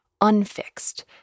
unfixed